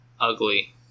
ugly